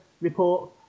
report